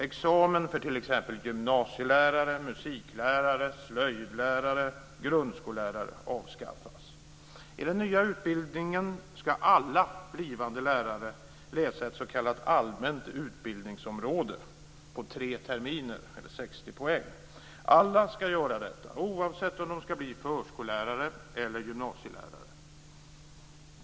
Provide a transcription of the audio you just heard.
Examen för t.ex. gymnasielärare, musiklärare, slöjdlärare och grundskollärare avskaffas. I den nya utbildningen ska alla blivande lärare läsa ett s.k. allmänt utbildningsområde på tre terminer eller 60 poäng. Alla ska göra detta, oavsett om de ska bli förskollärare eller gymnasielärare.